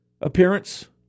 appearance